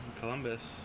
Columbus